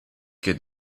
que